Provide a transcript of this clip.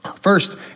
First